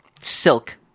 silk